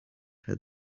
had